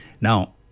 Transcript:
Now